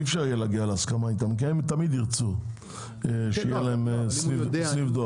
אי אפשר יהיה להגיע להסכמה איתם כי הם תמיד ירצו שיהיה להם סניף דואר.